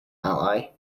ally